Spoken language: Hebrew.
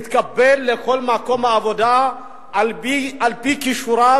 מתקבל לכל מקום עבודה על-פי כישוריו,